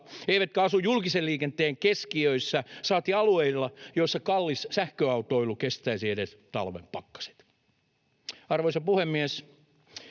eivätkä asu julkisen liikenteen keskiöissä, saati alueilla, joissa kallis sähköautoilu kestäisi edes talven pakkaset. Arvoisa puhemies!